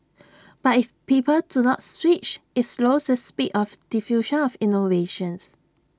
but if people do not switch IT slows the speed of diffusion of innovations